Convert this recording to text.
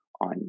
on